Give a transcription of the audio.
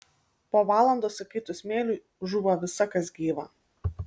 po valandos įkaitus smėliui žūva visa kas gyva